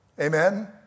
Amen